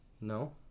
No